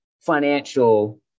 financial